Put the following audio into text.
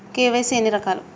KYC ఎన్ని రకాలు?